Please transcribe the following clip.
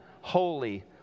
holy